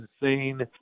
insane